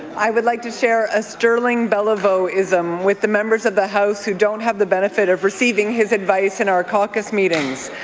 i would like to share a sterling belliveau-ism with the members of the house who don't have the benefit of receiving his advice in our caucus meetings.